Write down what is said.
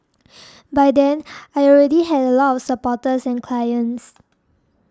by then I already had a lot of supporters and clients